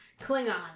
Klingon